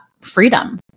freedom